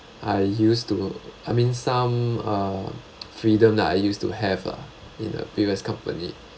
I used to I mean some uh freedom that I used to have lah in a previous company